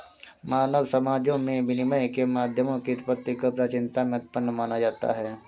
मानव समाजों में विनिमय के माध्यमों की उत्पत्ति को प्राचीनता में उत्पन्न माना जाता है